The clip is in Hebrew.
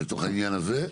לצורך העניין הזה,